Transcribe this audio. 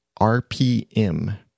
RPM